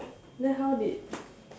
then how did